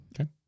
Okay